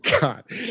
God